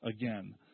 again